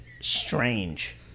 Strange